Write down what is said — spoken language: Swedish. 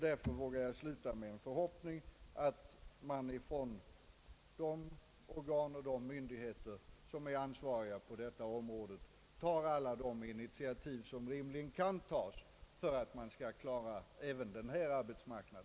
Jag vågar därför sluta med en förhoppning om att de organ och myndigheter som är ansvariga på detta område tar alla de initiativ som rimligen kan tas för att man skall klara även denna arbetsmarknad.